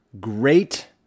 great